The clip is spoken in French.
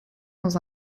dans